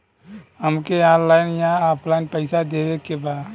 हमके ऑनलाइन या ऑफलाइन पैसा देवे के बा?